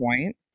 point